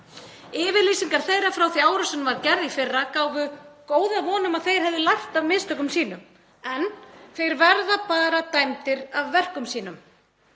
Yfirlýsingar þeirra frá því árásin var gerð í fyrra gáfu góða von um að þeir hefðu lært af mistökum sínum en þeir verða bara dæmdir af verkum sínum.